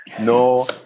No